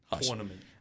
Tournament